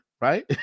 right